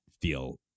feel